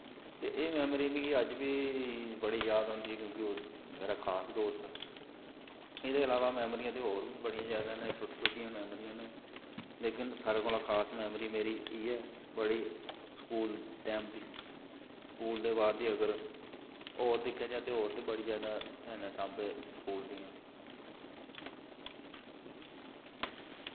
ते एह् मैमरी मिगी अज्ज बी बड़ी याद आंदी ऐ क्योंकि ओह् मेरा खास दोस्त हा एह्दे अलावा मैमरियां ते होर बी बड़ियां ज्यादा न छोटियां छोटियां मैमरियां न लेकिन सारें कोला खास मैमरी मेरी इ'यै ऐ बड़ी स्कूल टैम दी स्कूल दे बाद दी अगर होर दिक्खेआ जा ते होर ते बड़ी ज्यादा हैन सांबे स्कूल दियां